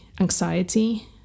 anxiety